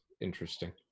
interesting